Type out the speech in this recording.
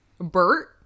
Bert